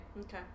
Okay